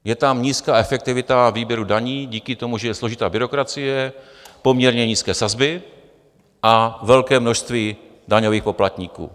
Je tam nízká efektivita výběru daní díky tomu, že je složitá byrokracie, poměrně nízké sazby a velké množství daňových poplatníků.